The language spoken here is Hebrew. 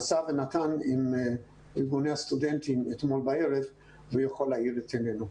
בערב נשא ונתן עם ארגוני הסטודנטים והוא יכול להאיר את עינינו.